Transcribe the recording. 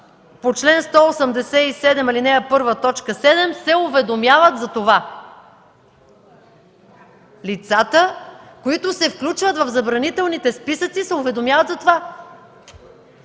по чл. 187, ал. 1, т. 7 се уведомяват за това.” Лицата, които се включват в забранителните списъци, се уведомяват за това.